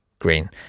green